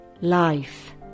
life